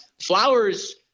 Flowers